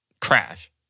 crash